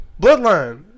Bloodline